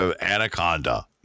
anaconda